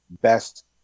best